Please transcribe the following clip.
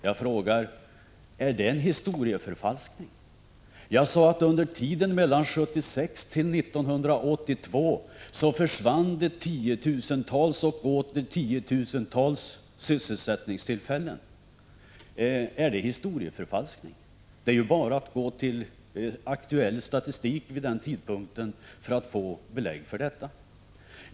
Jag frågar, är det historieförfalskning? Jag sade att under tiden mellan 1976 och 1982 försvann det tiotusentals och åter tiotusentals sysselsättningstillfällen. Är det historieförfalskning? Det är bara att gå till aktuell statistik för den tiden och få belägg för detta.